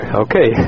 okay